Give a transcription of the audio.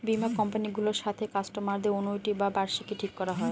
বীমা কোম্পানি গুলোর সাথে কাস্টমারদের অনুইটি বা বার্ষিকী ঠিক করা হয়